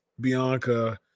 Bianca